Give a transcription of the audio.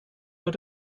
att